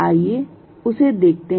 आइए उसे देखते हैं